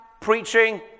preaching